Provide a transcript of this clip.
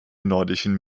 nordischen